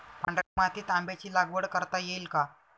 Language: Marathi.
पांढऱ्या मातीत आंब्याची लागवड करता येईल का?